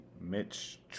Mitch